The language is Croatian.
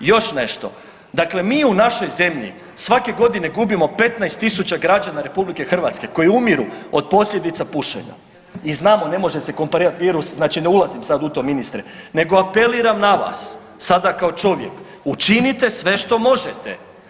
I još nešto dakle mi u našoj zemlji svake godine gubimo 15.000 građana RH koji umiru od posljedica pušenja i znamo ne može se komparirati virus znači ne ulazim u to ministre, nego apeliram na vas sada kao čovjek učinite sve što možete.